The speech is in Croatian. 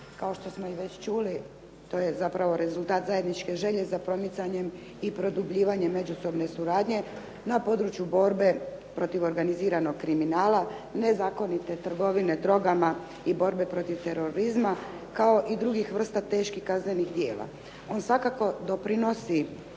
kako što smo već čuli to je zapravo rezultat zajedničke želje za promicanjem i produbljivanjem međusobne suradnje na području borbe protiv organiziranog kriminala, nezakonite trgovine drogama i borbe protiv terorizma kao i drugih vrsta teških kaznenih djela. On svakako doprinosi